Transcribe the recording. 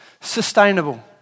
sustainable